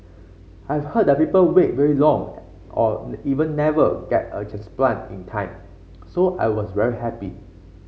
I've heard that people wait really long or even never get a transplant in time so I was very happy